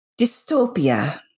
dystopia